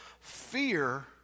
fear